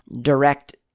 direct